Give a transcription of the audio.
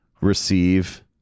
receive